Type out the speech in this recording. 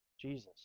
Jesus